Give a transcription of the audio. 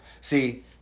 See